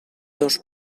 dos